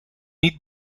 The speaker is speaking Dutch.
niet